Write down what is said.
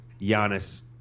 Giannis